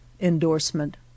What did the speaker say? endorsement